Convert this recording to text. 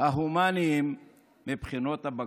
ההומניים בבחינות הבגרות.